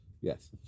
Yes